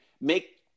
make